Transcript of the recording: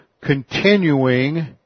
continuing